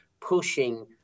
pushing